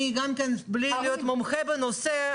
בלי להיות מומחית בנושא,